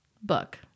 book